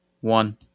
one